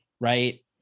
right